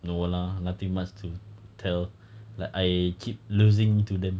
no lah nothing much to tell like I keep losing to them